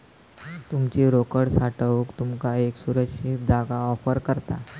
तुमची रोकड साठवूक तुमका एक सुरक्षित जागा ऑफर करता